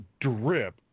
drip